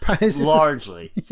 largely